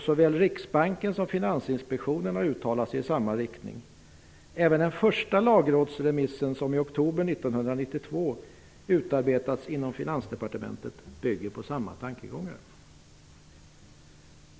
Såväl Riksbanken som Finansinspektionen har uttalat sig i samma riktning. Även den första lagrådsremissen, som i oktober 1992 utarbetades inom Finansdepartementet, bygger på samma tankegångar.